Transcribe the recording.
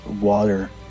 water